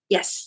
Yes